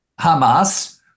Hamas